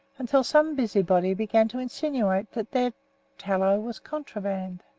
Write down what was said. until some busybody began to insinuate that their tallow was contraband.